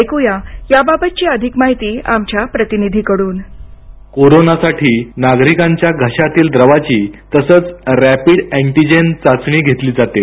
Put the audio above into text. ऐक्या याबद्दलची अधिक माहिती आमच्या प्रतिनिधीकडून कोरोनासाठी नागरिकांच्या घशातील द्रावाची तसंच रॅपिड अॅनन्टीजेन चाचणी केली जाते